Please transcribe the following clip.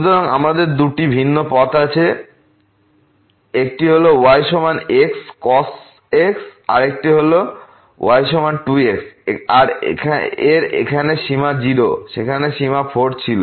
সুতরাং আমাদের 2 টি ভিন্ন পথ আছে একটি হল y সমান xcos x আরেকটি হল y সমান 2x এর এখানে সীমা 0 সেখানে সীমা 4 ছিল